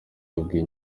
yabwiye